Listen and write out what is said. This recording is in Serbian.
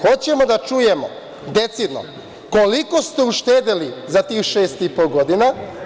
Hoćemo da čujemo decidno, koliko ste uštedeli za tih šest i po godina?